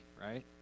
right